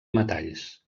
metalls